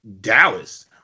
Dallas